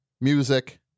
music